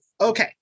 okay